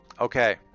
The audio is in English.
Okay